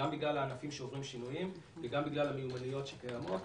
גם בגלל הענפים שעוברים שינויים וגם בגלל המיומנויות שקיימות.